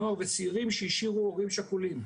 נוער וצעירים שהשאירו הורים שכולים.